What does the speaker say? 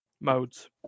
Modes